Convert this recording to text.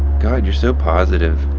god, you're so positive.